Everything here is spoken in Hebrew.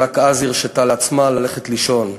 ורק אז הרשתה לעצמה ללכת לישון.